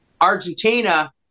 Argentina